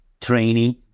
training